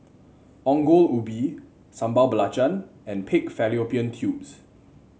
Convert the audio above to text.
Ongol Ubi Sambal Belacan and Pig Fallopian Tubes